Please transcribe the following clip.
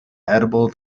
edible